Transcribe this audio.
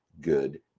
good